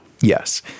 Yes